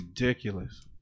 Ridiculous